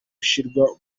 ushyirwa